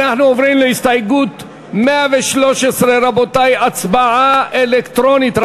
אנחנו עוברים להסתייגות 113. הצבעה אלקטרונית.